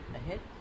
ahead